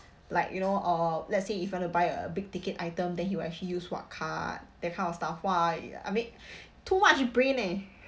like you know uh let's say if he want to buy a big ticket item then he will actually use what card that kind of stuff !wah! I mean too much brain eh